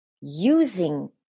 using